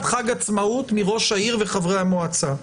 חג עצמאות מראש העיר וחברי המועצה.